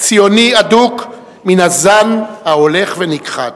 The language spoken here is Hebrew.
ציוני אדוק מן הזן ההולך ונכחד.